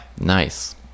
nice